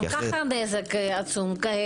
גם ככה נזק עצום.